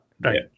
right